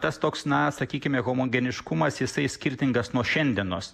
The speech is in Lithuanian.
tas toks na sakykime homogeniškumas jisai skirtingas nuo šiandienos